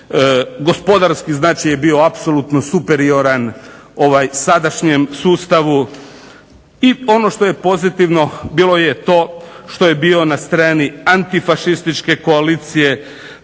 gospodarski znači je bio apsolutno superioran sadašnjem sustavu i ono što je pozitivno bilo je to što je bio na strani antifašističke koalicije,